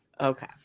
Okay